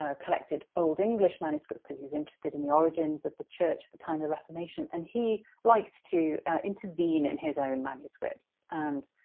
ah collected old english manuscripts because he was interested in the origins of the church at the time of the reformation, and he liked to intervene in his own manuscripts. and,